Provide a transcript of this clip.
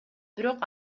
бирок